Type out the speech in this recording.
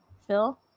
Phil